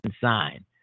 sign